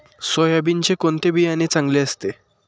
सोयाबीनचे कोणते बियाणे चांगले असते?